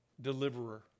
deliverer